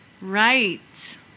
Right